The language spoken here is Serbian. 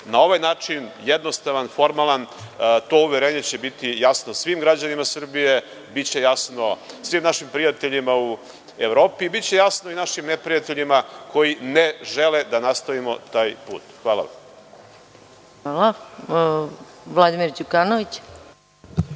na ovaj način jednostavan, formalan to uverenje će biti jasno svim građanima Srbije, biće jasno svim našim prijateljima u Evropi, biće jasno i našim neprijateljima koji ne žele da nastavimo taj put. Hvala vam. **Maja Gojković**